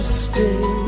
stay